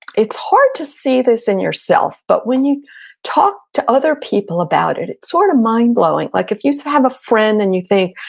it's hard to see this in yourself, but when you talk to other people about it, it's sort of mind-blowing. like if you used to have a friend and you think,